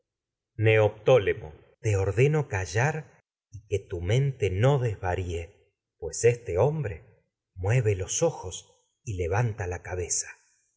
mejor neoptólemo te ordeno callar y qué tu mente no desvaríe la pues este hombre mueve los ojos y levanta cabeza